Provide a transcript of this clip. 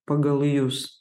pagal jus